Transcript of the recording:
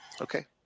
Okay